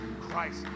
Christ